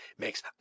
makes